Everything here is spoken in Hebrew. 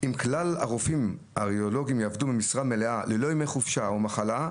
אם כלל הרופאים הרדיולוגים יעבדו במשרה מלאה ללא ימי חופשה או מחלה,